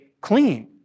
clean